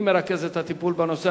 3. מי מרכז את הטיפול בנושא?